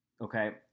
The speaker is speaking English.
okay